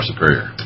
superior